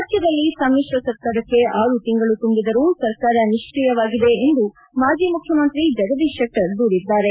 ರಾಜ್ಯದಲ್ಲಿ ಸಮ್ಮಿಶ್ರ ಸರ್ಕಾರಕ್ಕೆ ಆರು ತಿಂಗಳು ತುಂಬಿದರೂ ಸರ್ಕಾರ ನಿಷ್ಠಿ ಯವಾಗಿದೆ ಎಂದು ಮಾಜಿ ಮುಖ್ಯಮಂತ್ರಿ ಜಗದೀಶ್ ಶೆಟ್ವರ್ ದೂರಿದ್ದಾರೆ